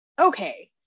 okay